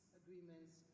agreements